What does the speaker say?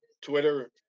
twitter